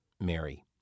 Mary